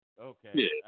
Okay